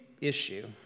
issue